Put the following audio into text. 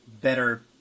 better